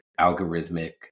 algorithmic